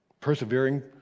Persevering